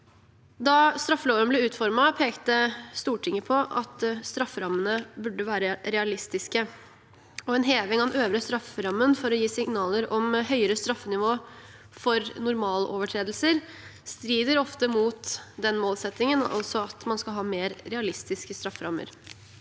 Da straffeloven ble utformet, pekte Stortinget på at strafferammene burde være realistiske. En heving av den øvre strafferammen for å gi signaler om høyere straffenivå for normalovertredelser strider ofte mot målsettingen om mer realistiske strafferammer.